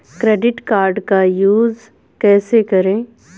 Credit card का use कैसे करें?